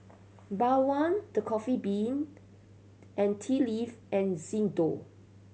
Bawang The Coffee Bean and Tea Leaf and Xndo